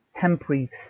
temporary